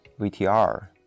VTR